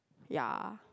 ya